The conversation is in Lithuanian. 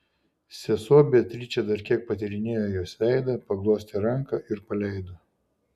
sesuo beatričė dar kiek patyrinėjo jos veidą paglostė ranką ir paleido